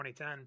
2010